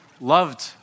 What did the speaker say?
loved